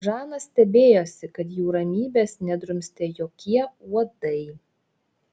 žana stebėjosi kad jų ramybės nedrumstė jokie uodai